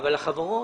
אבל החברות